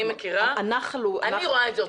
אני רואה את זה אותו הדבר.